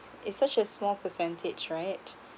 it's such a small percentage right